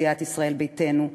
סיעת ישראל ביתנו,